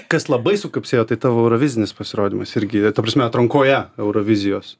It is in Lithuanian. kas labai sukapsėjo tai tavo eurovizinis pasirodymas irgi ta prasme atrankoje eurovizijos